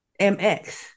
MX